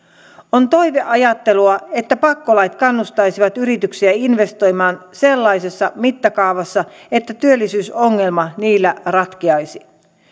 on toiveajattelua että pakkolait kannustaisivat yrityksiä investoimaan sellaisessa mittakaavassa että työllisyysongelma niillä ratkeaisi